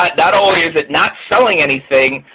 um not only is it not selling anything,